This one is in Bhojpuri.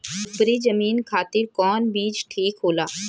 उपरी जमीन खातिर कौन बीज ठीक होला?